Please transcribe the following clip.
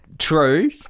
True